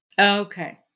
Okay